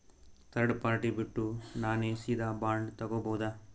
Third party ಬಿಟ್ಟು ನಾನೇ ಸೀದಾ ಬಾಂಡ್ ತೋಗೊಭೌದಾ?